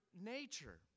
nature